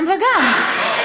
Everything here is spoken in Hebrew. גם וגם.